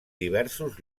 diversos